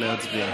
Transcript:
נא להצביע.